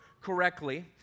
correctly